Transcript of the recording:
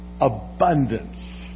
Abundance